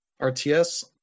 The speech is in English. RTS